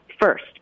First